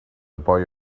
boy